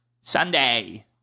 Sunday